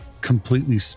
completely